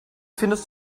findest